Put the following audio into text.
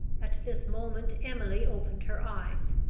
at this moment emily opened her eyes.